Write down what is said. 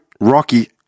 Rocky